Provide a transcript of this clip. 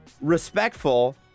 respectful